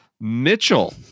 Mitchell